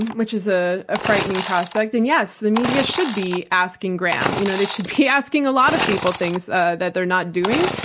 which is ah a frightening prospect. and yes, the media should be asking graham, you know they should be asking a lot of people things that they're not doing.